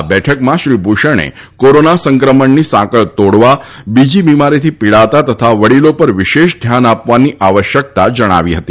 આ બેઠકમાં શ્રી ભુષણે કોરોના સંક્રમણની સાંકળ તોડવા બીજી બિમારીથી પિડાતા તથા વડીલો પર વિશેષ ધ્યાન આપવાની આવશ્યકતા જણાવી હતી